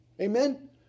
Amen